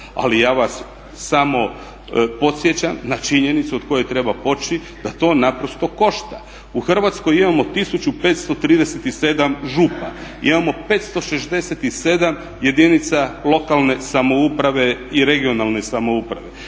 ali ja vas samo podsjećam na činjenicu od koje treba poći da to naprosto košta. U Hrvatskoj imamo 1537 župa, imamo 567 jedinica lokalne samouprave i regionalne samouprave.